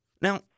Now